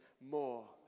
more